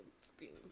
screen's